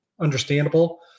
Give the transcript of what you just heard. understandable